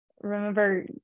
remember